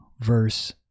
verse